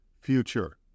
future